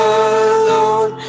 alone